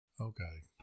Okay